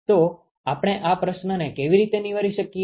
તો આપણે આ પ્રશ્નને કેવી રીતે નિવારી શકીએ